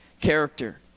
character